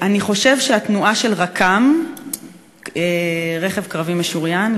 "אני חושב שהתנועה של רק"מ" רכב קרבי משוריין,